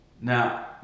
Now